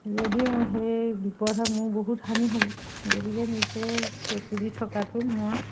যদি মই সেই বিপদ মোৰ বহুত হানি হ'ব গতিকে নিজে চকু দি থকাটো মই